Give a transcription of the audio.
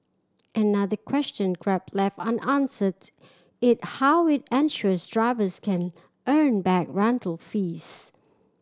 another question Grab left unanswered is how it ensures drivers can earn back rental fees